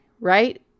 Right